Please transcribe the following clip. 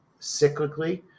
cyclically